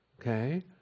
Okay